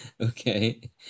Okay